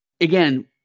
again